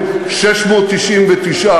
אתה הורס בתים.